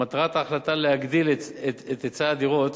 מטרת ההחלטה, להגדיל את היצע הדירות